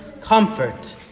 comfort